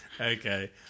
okay